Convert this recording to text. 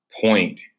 point